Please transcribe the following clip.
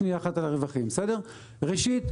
ראשית,